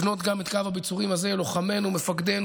את קו הביצורים השני של אזרחי מדינת ישראל ושל מדינת ישראל.